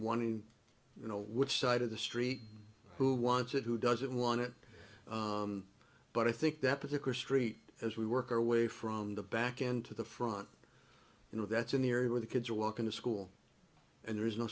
one you know which side of the street who wants it who doesn't want it but i think that particular street as we work our way from the back end to the front you know that's in the area where the kids are walking to school and there is no